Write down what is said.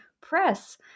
Press